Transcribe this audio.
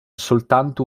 soltanto